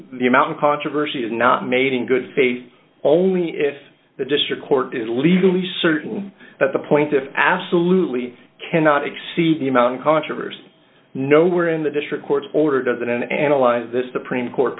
the amount of controversy is not made in good faith only if the district court is legally certain that the point if absolutely cannot exceed the amount of controversy nowhere in the district court order doesn't analyze this supreme court